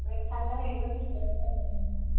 ओमफ्राय फारला लायोबा बेसेबां होनांगोन नोंनो